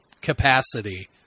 capacity